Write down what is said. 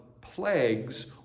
plagues